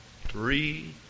three